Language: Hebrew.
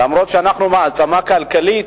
אף-על-פי שאנחנו מעצמה כלכלית,